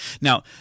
Now